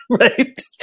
right